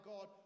God